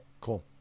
Cool